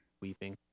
weeping